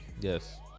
Yes